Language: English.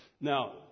Now